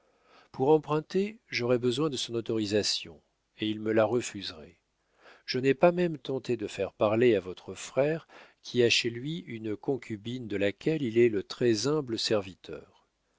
pour emprunter j'aurais besoin de son autorisation et il me la refuserait je n'ai pas même tenté de faire parler à votre frère qui a chez lui une concubine de laquelle il est le très-humble serviteur